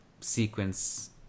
sequence